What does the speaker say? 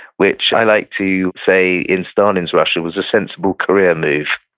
which i like to say in stalin's russia was a sensible career move.